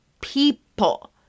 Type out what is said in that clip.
people